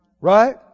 Right